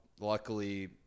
Luckily